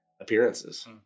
appearances